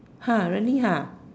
really